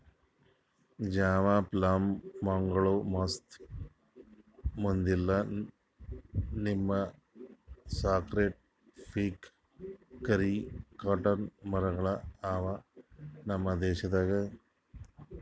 Java plum, mango, ಮಸ್ತ್, ಮುದಿಲ್ಲ, neem, sacred fig, ಕರಿ, ಕಾಟನ್ ಮರ ಗೊಳ್ ಅವಾ ನಮ್ ದೇಶದಾಗ್